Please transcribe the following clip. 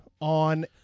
on